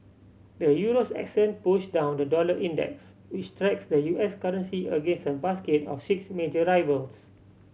the euro's ascent pushed down the dollar index which tracks the U S currency against a basket of six major rivals